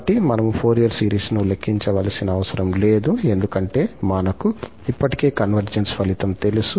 కాబట్టి మనము ఫోరియర్ సిరీస్ను లెక్కించవలసిన అవసరం లేదు ఎందుకంటే మనకు ఇప్పటికే కన్వర్జెన్స్ ఫలితం తెలుసు